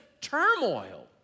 turmoil